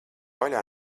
vaļā